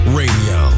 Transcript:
radio